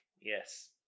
Yes